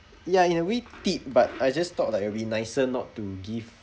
ya and we tip but I just thought like it would be nicer not to give